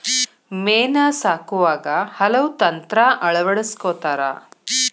ಮೇನಾ ಸಾಕುವಾಗ ಹಲವು ತಂತ್ರಾ ಅಳವಡಸ್ಕೊತಾರ